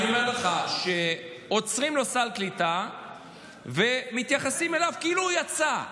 אני אומר לך שעוצרים לו סל קליטה ומתייחסים אליו כאילו הוא יצא.